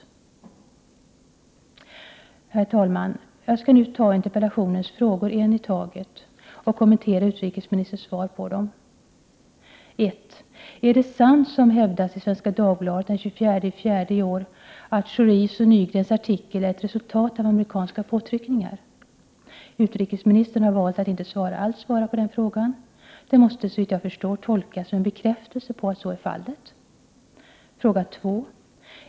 Herr talman! Jag skall nu ta upp interpellationens frågor en i taget och kommentera utrikesministerns svar på dem. 1. Är det sant, som hävdas i Svenska Dagbladet den 24 april i år, att Schoris och Nygrens artikel är ett resultat av amerikanska påtryckningar? Utrikesministern har valt att inte alls svara på den frågan. Det måste, såvitt jag förstår, tolkas som en bekräftelse på att så är fallet. 2.